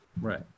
Right